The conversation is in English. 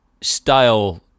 style